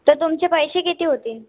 तर तुमचे पैसे किती होतील